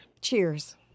Cheers